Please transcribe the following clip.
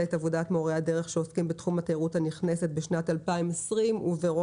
את עבודת מורי הדרך שעוסקים בתחום התיירות הנכנסת בשנת 2020 וברוב